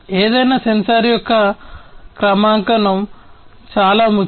ఏదైనా సెన్సార్ యొక్క క్రమాంకనం చాలా ముఖ్యం